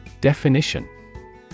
Definition